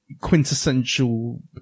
quintessential